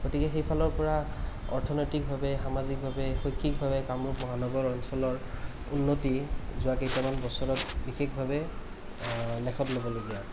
গতিকে সেইফালৰপৰা অৰ্থনৈতিকভাৱে সামাজিকভাৱে শৈক্ষিকভাৱে কামৰূপ মহানগৰ অঞ্চলৰ উন্নতি যোৱা কেইটামান বছৰত বিশেষভাৱে লেখত লবলগীয়া